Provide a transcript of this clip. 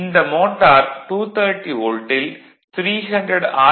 இந்த மோட்டார் 230 வோல்ட்டில் 300 ஆர்